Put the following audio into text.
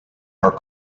are